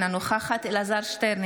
אינה נוכחת אלעזר שטרן,